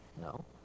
No